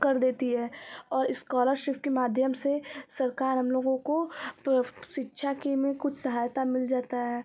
कर देती है और इस्कॉलरशिप के माध्यम से सरकार हम लोगों को शिक्षा के में कुछ सहायता मिल जाता है